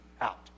out